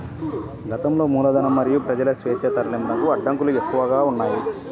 గతంలో మూలధనం మరియు ప్రజల స్వేచ్ఛా తరలింపునకు అడ్డంకులు ఎక్కువగా ఉన్నాయి